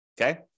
okay